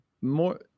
more